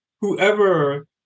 whoever